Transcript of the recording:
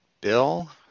Bill